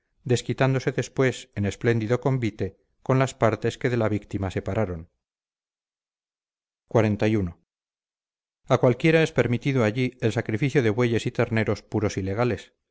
desquitándose después en espléndido convite con las partes que de la víctima separaron xli a cualquiera es permitido allí el sacrificio de bueyes y terneros puros y legales